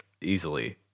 easily